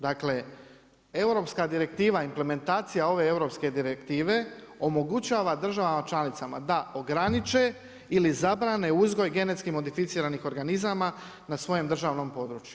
Dakle, europska direktiva implementacija ove europske direktive omogućava državama članicama da ograniče ili zabrane uzgoj genetski modificiranih organizama na svojem državnom području.